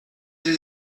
sie